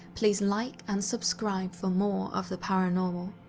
please like and subscribe for more of the paranormal.